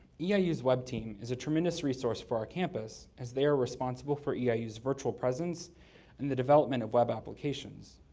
yeah eiu's web team is a tremendous resource for our campus as they are responsible for yeah eiu's virtual presence in the development of web applications.